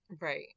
right